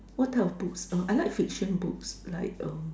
what types of books uh I like fiction books like uh